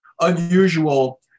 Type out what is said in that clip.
unusual